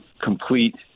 complete